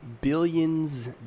billions